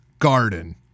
garden